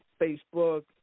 Facebook